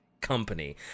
company